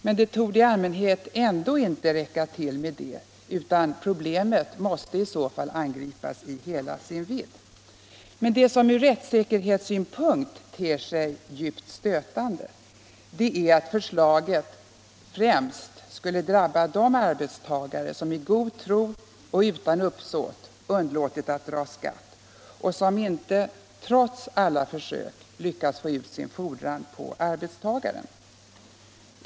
Men det torde i allmänhet ändå inte räcka med det, utan problemet måste angripas i hela sin vidd. Det som från rättssäkerhetssynpunkt ter sig djupt stötande är emellertid att förslaget främst skulle drabba de arbetsgivare som i god tro och utan uppsåt underlåtit att dra skatt och som inte — trots alla försök — lyckas få ut sin fordran på arbetstagaren.